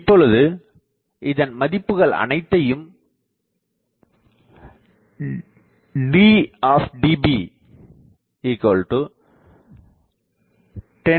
இப்பொழுது இதன் மதிப்புகள் அனைத்தையும் D101